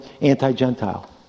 anti-Gentile